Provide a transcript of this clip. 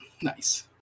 nice